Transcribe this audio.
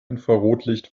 infrarotlicht